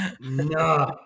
No